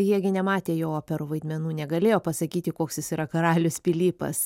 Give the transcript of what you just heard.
jie gi nematė jo operų vaidmenų negalėjo pasakyti koks jis yra karalius pilypas